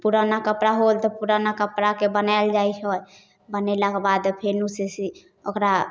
पुराना कपड़ा हो गेल तऽ पुराना कपड़ाके बनाएल जाइ हइ बनेलाके बाद फेरसँ ओकरा